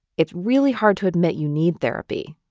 it's really hard to admit you need therapy,